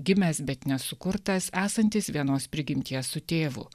gimęs bet ne sukurtas esantis vienos prigimties su tėvu